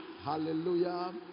Hallelujah